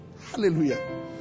Hallelujah